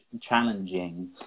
challenging